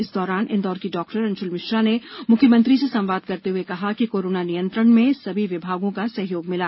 इस दौरान इंदौर की डॉक्टर अंशुल मिश्रा ने मुख्यमंत्री से संवाद करते हुए कहा कि कोरोना नियंत्रण में सभी विभागों का सहयोग मिला